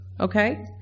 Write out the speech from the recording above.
Okay